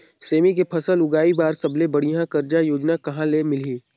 सेमी के फसल उगाई बार सबले बढ़िया कर्जा योजना कहा ले मिलही?